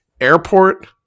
airport